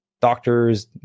doctors